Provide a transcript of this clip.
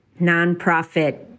nonprofit